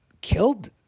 killed